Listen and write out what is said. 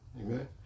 Amen